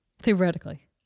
Theoretically